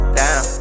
down